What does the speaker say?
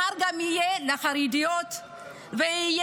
מחר זה יהיה גם לחרדיות ולערביות,